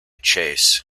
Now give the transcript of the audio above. chase